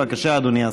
בבקשה, אדוני השר.